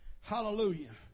Hallelujah